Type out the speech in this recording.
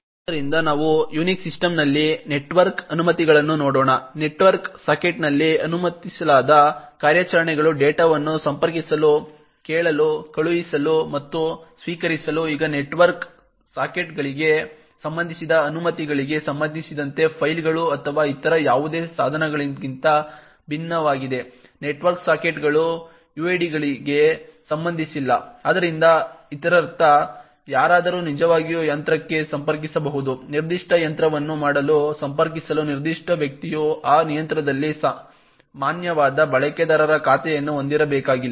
ಆದ್ದರಿಂದ ನಾವು ಯುನಿಕ್ಸ್ ಸಿಸ್ಟಮ್ನಲ್ಲಿ ನೆಟ್ವರ್ಕ್ ಅನುಮತಿಗಳನ್ನು ನೋಡೋಣ ನೆಟ್ವರ್ಕ್ ಸಾಕೆಟ್ನಲ್ಲಿ ಅನುಮತಿಸಲಾದ ಕಾರ್ಯಾಚರಣೆಗಳು ಡೇಟಾವನ್ನು ಸಂಪರ್ಕಿಸಲು ಕೇಳಲು ಕಳುಹಿಸಲು ಮತ್ತು ಸ್ವೀಕರಿಸಲು ಈಗ ನೆಟ್ವರ್ಕ್ ಸಾಕೆಟ್ಗಳಿಗೆ ಸಂಬಂಧಿಸಿದ ಅನುಮತಿಗಳಿಗೆ ಸಂಬಂಧಿಸಿದಂತೆ ಫೈಲ್ಗಳು ಅಥವಾ ಇತರ ಯಾವುದೇ ಸಾಧನಗಳಿಗಿಂತ ಭಿನ್ನವಾಗಿದೆ ನೆಟ್ವರ್ಕ್ ಸಾಕೆಟ್ಗಳು ಯುಐಡಿಗಳಿಗೆ ಸಂಬಂಧಿಸಿಲ್ಲ ಆದ್ದರಿಂದ ಇದರರ್ಥ ಯಾರಾದರೂ ನಿಜವಾಗಿಯೂ ಯಂತ್ರಕ್ಕೆ ಸಂಪರ್ಕಿಸಬಹುದು ನಿರ್ದಿಷ್ಟ ಯಂತ್ರವನ್ನು ಮಾಡಲು ಸಂಪರ್ಕಿಸಲು ನಿರ್ದಿಷ್ಟ ವ್ಯಕ್ತಿಯು ಆ ಯಂತ್ರದಲ್ಲಿ ಮಾನ್ಯವಾದ ಬಳಕೆದಾರ ಖಾತೆಯನ್ನು ಹೊಂದಿರಬೇಕಾಗಿಲ್ಲ